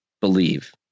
believe